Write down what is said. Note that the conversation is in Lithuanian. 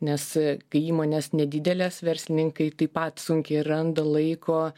nes kai įmonės nedidelės verslininkai taip pat sunkiai randa laiko